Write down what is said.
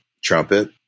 trumpet